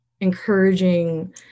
encouraging